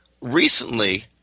Recently